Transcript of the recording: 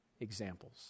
examples